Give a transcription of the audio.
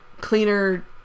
cleaner